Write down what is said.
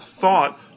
thought